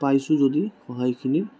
পাইছোঁ যদি সহায়খিনি